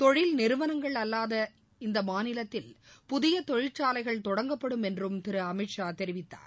தொழில் நிறுவனங்கள் இல்லாத அந்த மாநிலத்தில் புதிய தொழிற்சாலைகள் தொடங்கப்படும் என்றும் திரு அமித்ஷா தெரிவித்தார்